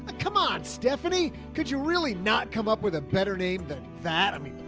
come on, stephanie, could you really not come up with a better name than that? i mean,